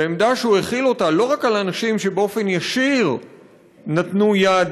ועמדה שהוא החיל אותה לא רק על אנשים שבאופן ישיר נתנו יד